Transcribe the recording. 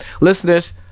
listeners